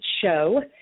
show